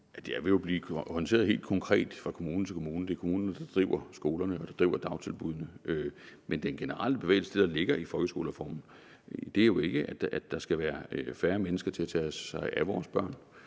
Det vil jo blive håndteret helt konkret fra kommune til kommune. Det er kommunerne, der driver skolerne og driver dagtilbuddene. Men den generelle bevægelse og det, der ligger i folkeskolereformen, er jo ikke, at der skal være færre mennesker til at tage sig af vores børn.